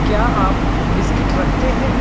کیا آپ بسکٹ رکھتے ہیں